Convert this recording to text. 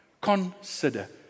consider